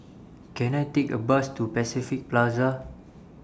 Can I Take A Bus to Pacific Plaza